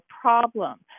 problem